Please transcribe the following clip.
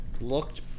looked